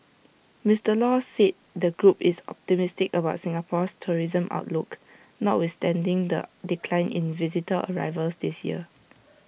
Mister law said the group is optimistic about Singapore's tourism outlook notwithstanding the decline in visitor arrivals this year